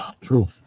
True